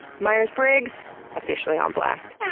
meyers-briggs officially on blast.